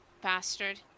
bastard